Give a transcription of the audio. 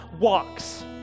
walks